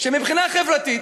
שמבחינה חברתית,